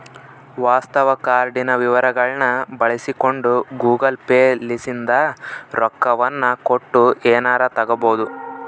ವಾಸ್ತವ ಕಾರ್ಡಿನ ವಿವರಗಳ್ನ ಬಳಸಿಕೊಂಡು ಗೂಗಲ್ ಪೇ ಲಿಸಿಂದ ರೊಕ್ಕವನ್ನ ಕೊಟ್ಟು ಎನಾರ ತಗಬೊದು